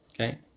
Okay